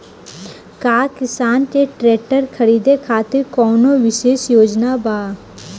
का किसान के ट्रैक्टर खरीदें खातिर कउनों विशेष योजना बा?